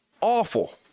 awful